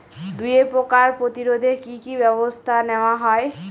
দুয়ে পোকার প্রতিরোধে কি কি ব্যাবস্থা নেওয়া হয়?